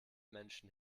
menschen